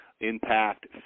impact